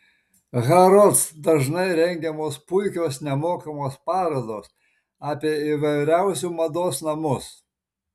harrods dažnai rengiamos puikios nemokamos parodos apie įvairiausiu mados namus